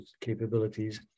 capabilities